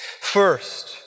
First